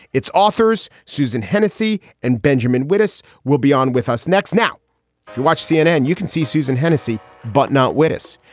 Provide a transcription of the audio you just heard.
its authors, susan hennessy and benjamin wittes will be on with us next. now you watch cnn. you can see susan hennessey, but not whittis.